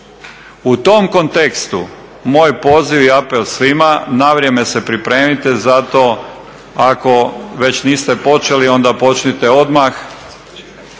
U tom kontekstu moj poziv i apel svima na vrijeme se pripremite za to ako već niste počeli, onda počnite odmah.